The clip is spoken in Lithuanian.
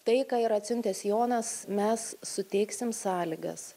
tai ką yra atsiuntęs jonas mes suteiksim sąlygas